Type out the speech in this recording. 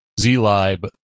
Zlib